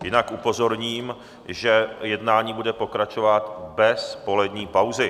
Jinak upozorním, že jednání bude pokračovat bez polední pauzy.